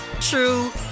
true